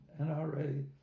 NRA